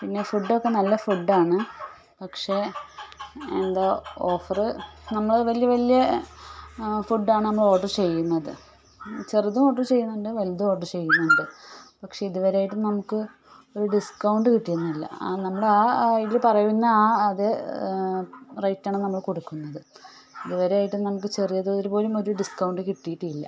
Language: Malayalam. പിന്നെ ഫുഡൊക്കെ നല്ല ഫുഡാണ് പക്ഷേ എന്താ ഓഫർ നമ്മൾ വലിയ വലിയ ഫുഡാണ് നമ്മൾ ഓഡർ ചെയ്യുന്നത് ചെറുതും ഓഡർ ചെയ്യുന്നുണ്ട് വലുതും ഓഡർ ചെയ്യുന്നുണ്ട് പക്ഷേ ഇതുവരെയായിട്ടും നമുക്ക് ഡിസ്കൗണ്ട് കിട്ടുന്നില്ല നമ്മുടെ ആ ഇതിൽ പറയുന്ന ആ അതേ റേയ്റ്റാണ് നമ്മൾ കൊടുക്കുന്നത് ഇതുവരെയായിട്ടും നമുക്ക് ചെറിയ തോതിൽ പോലും ഡിസ്കൗണ്ട് കിട്ടിയിട്ടില്ല